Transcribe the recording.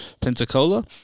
Pensacola